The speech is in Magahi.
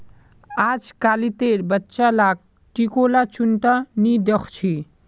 अजकालितेर बच्चा लाक टिकोला चुन त नी दख छि